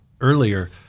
earlier